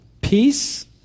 peace